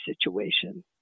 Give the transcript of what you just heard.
situation